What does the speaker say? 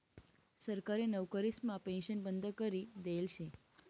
सरकारी नवकरीसमा पेन्शन बंद करी देयेल शे